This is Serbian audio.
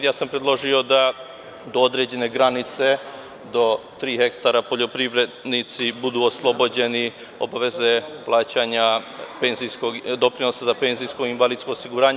Ja sam predložio da do određene granice, do tri hektara poljoprivrednici budu oslobođeni obaveze plaćanja doprinosa za penzijsko i invalidsko osiguranje.